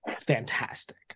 fantastic